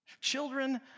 Children